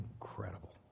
incredible